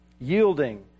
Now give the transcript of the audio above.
yielding